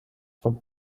from